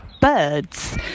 birds